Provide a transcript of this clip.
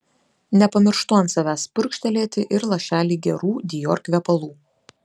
nepamirštu ant savęs purkštelėti ir lašelį gerų dior kvepalų